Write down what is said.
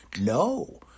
No